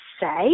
say